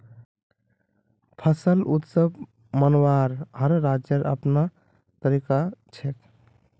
फसल उत्सव मनव्वार हर राज्येर अपनार तरीका छेक